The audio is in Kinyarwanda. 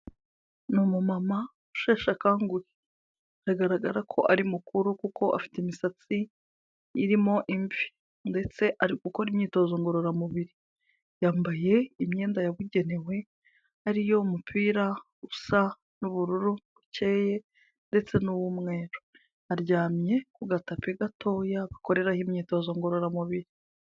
Ni umumama usheshe akanguhe. Biragaragara ko ari mukuru kuko afite imisatsi irimo imvi ndetse ari gukora imyitozo ngororamubiri. Yambaye imyenda yabugenewe ari yo, umupira usa n'ubururu bukeyeye ndetse n’umweru. Aryamye ku gatapi gatoya gakorerwaho imyitozo ngororamubiri.